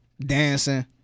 dancing